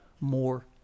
more